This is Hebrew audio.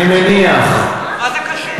אני מניח, מה זה קשור?